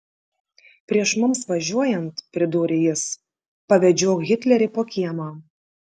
prieš mums važiuojant pridūrė jis pavedžiok hitlerį po kiemą